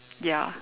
ya